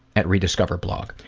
at rediscoverblog.